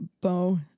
Bo